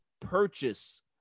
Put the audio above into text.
purchase